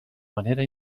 manera